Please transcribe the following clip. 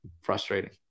Frustrating